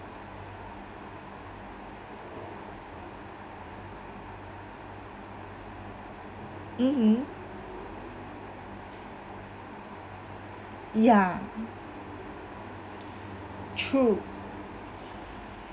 mmhmm ya true